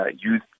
youth